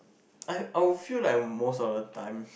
I I will feel like most of the time